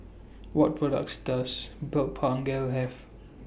What products Does Blephagel Have